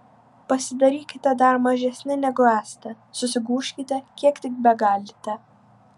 pasidarykite dar mažesni negu esate susigūžkite kiek tik begalite